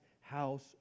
house